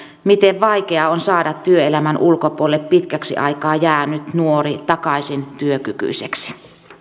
miten vaikea on saada työelämän ulkopuolelle pitkäksi aikaa jäänyt nuori takaisin työkykyiseksi